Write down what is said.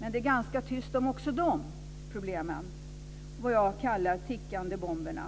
Men det är ganska tyst om också de problemen, vad jag kallar de tickande bomberna.